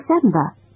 December